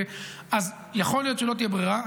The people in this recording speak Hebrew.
אז יכול להיות שלא תהיה ברירה,